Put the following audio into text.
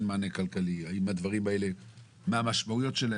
מה המשמעויות של הדברים.